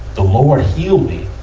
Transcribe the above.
the lord healed me.